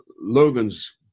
Logan's